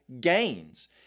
gains